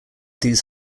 these